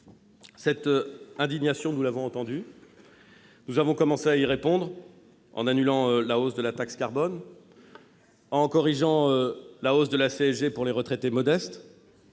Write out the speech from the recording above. leur indignation. Nous avons commencé à y répondre en annulant la hausse de la taxe carbone et en corrigeant la hausse de la CSG pour les retraités modestes.